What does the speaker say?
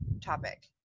topic